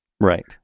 Right